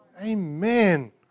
Amen